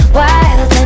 wild